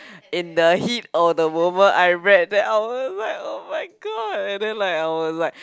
in the heat of the moment I read that I was like oh-my-god and then like I was like